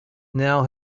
now